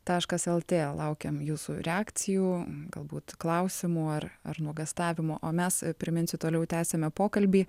taškas lt laukiam jūsų reakcijų galbūt klausimų ar ar nuogąstavimų o mes priminsiu toliau tęsiame pokalbį